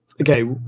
okay